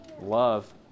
Love